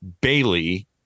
Bailey